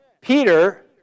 Peter